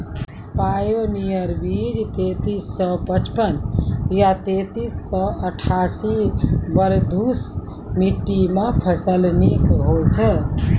Pioneer बीज तेंतीस सौ पचपन या तेंतीस सौ अट्ठासी बलधुस मिट्टी मे फसल निक होई छै?